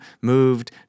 moved